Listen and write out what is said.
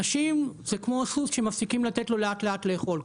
אנשים, זה כמו סוס שמפסיקים לתת לו לאט לאט לאכול.